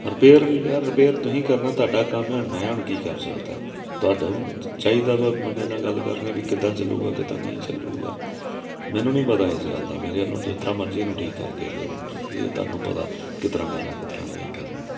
repair ਵੀ ਯਾਰ repair ਤੁਸੀਂ ਕਰਨਾ ਤੁਹਾਡਾ ਕੰਮ ਹੈ ਹੁਣ ਮੈਂ ਹੁਣ ਕੀ ਕਰ ਸਕਦਾ ਤੁਹਾਡਾ ਹੁਣ ਚ ਚਾਹੀਦਾ ਵਾ ਬੰਦੇ ਨਾਲ ਗੱਲ ਕਰਨੀ ਵੀ ਕਿੱਦਾਂ ਚੱਲੂਗਾ ਕਿੱਦਾਂ ਨਹੀਂ ਚੱਲੂਗਾ ਮੈਨੂੰ ਨਹੀਂ ਪਤਾ ਇਸ ਗੱਲ ਦਾ ਮੇਰੇ ਵੱਲੋਂ ਜਿਸ ਤਰ੍ਹਾਂ ਮਰਜ਼ੀ ਇਹਨੂੰ ਠੀਕ ਕਰਕੇ ਦਿਓ ਇਹ ਤੁਹਾਨੂੰ ਪਤਾ ਕਿਸ ਤਰ੍ਹਾਂ ਕਰਨਾ ਕਿਸ ਤਰ੍ਹਾਂ ਨਹੀਂ ਕਰਨਾ